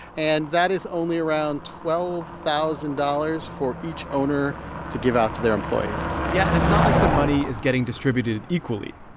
and that is only around twelve thousand dollars for each owner to give out to their employees yeah, and it's not like the money is getting distributed equally.